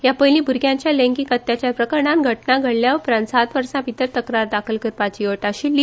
ह्या पयली भूरग्यांच्या लैगिक अत्याचार प्रकरणात घटना घडल्या उपरांत सात वर्सा भितर तक्रार दाखल करपाची अट अशिल्ली